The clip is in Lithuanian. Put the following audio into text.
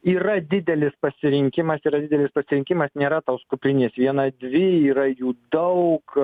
yra didelis pasirinkimas yra didelis pasirinkimas nėra tos kuprinės viena dvi yra jų daug